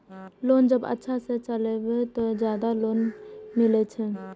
Loan जब अच्छा से चलेबे तो और ज्यादा लोन मिले छै?